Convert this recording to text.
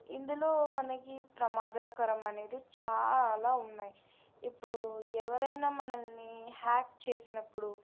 ఇందులో మనకి ప్రమాదకరం అనేది చాలా ఉన్నాయి ఇప్పుడు ఎవరైనా మనల్ని హ్యాక్ చేసినప్పుడు